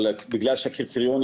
אבל בגלל שהקריטריונים,